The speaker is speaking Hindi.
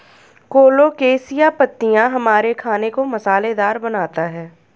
कोलोकेशिया पत्तियां हमारे खाने को मसालेदार बनाता है